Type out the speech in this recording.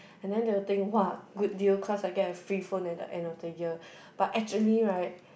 and then they will think !woah! good deal cause I get a free phone at the end of the year but actually right